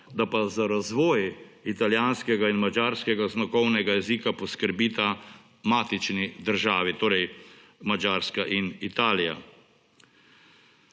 da pa za razvoj italijanskega in madžarskega znakovnega jezika poskrbita matični državi, torej Madžarska in Italija.